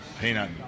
peanut